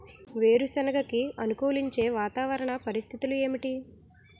వేరుసెనగ కి అనుకూలించే వాతావరణ పరిస్థితులు ఏమిటి?